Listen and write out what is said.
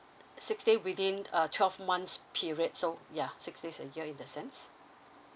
six days within uh twelve months period so ya six days a year in the sense